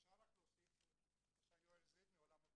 אני מעולם הבריאות.